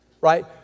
Right